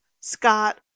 Scott